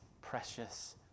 precious